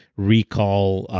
recall,